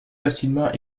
facilement